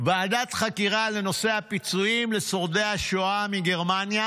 ועדת חקירה לנושא הפיצויים לשורדי השואה מגרמניה